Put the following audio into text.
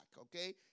okay